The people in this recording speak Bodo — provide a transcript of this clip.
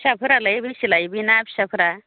फिसाफोरालाय बेसे लायो बे ना फिसाफोरा